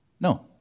No